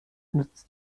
nutzt